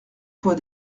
fois